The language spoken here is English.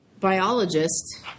biologist